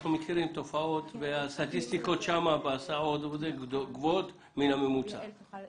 אנחנו מכירים תופעות והסטטיסטיקות שם בהסעות גבוהות מן הממוצע.